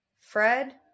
Fred